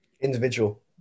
Individual